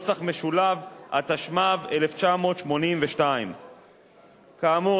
התשמ"ב 1982. כאמור,